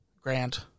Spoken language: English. Grant